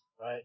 Right